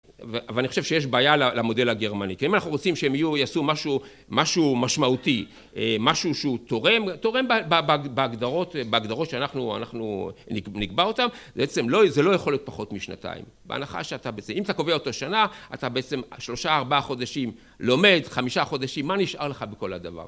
אבל אני חושב שיש בעיה למודל הגרמני, כי אם אנחנו רוצים שהם יהיו, יעשו משהו משמעותי, משהו שהוא תורם, תורם בהגדרות שאנחנו נקבע אותם, זה בעצם לא יכול להיות פחות משנתיים. בהנחה שאתה בעצם, אם אתה קובע אותו שנה, אתה בעצם שלושה, ארבעה חודשים לומד, חמישה חודשים, מה נשאר לך בכל הדבר?